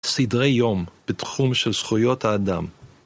סדרי יום בתחום של זכויות האדם